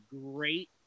great